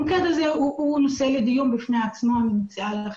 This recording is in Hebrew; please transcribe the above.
המוקד הזה הוא נושא לדיון בפני עצמו ואני מציעה לך,